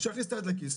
שיכניס את היד לכיס,